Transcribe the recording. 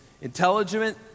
intelligent